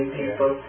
people